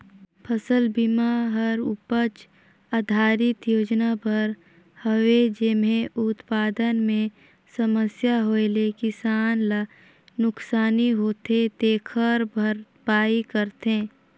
फसल बिमा हर उपज आधरित योजना बर हवे जेम्हे उत्पादन मे समस्या होए ले किसान ल नुकसानी होथे तेखर भरपाई करथे